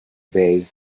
bay